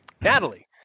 Natalie